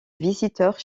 visiteurs